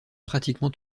pratiquement